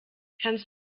kannst